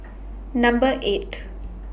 Number eight